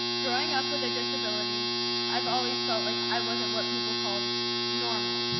growing up with a disability i've always felt like i wasn't what people call normal.